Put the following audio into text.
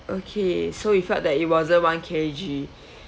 okay so you felt that it wasn't one K_G